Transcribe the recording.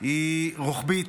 הוא רוחבי,